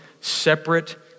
separate